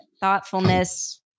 thoughtfulness